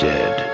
Dead